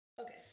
Okay